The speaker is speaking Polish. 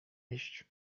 iść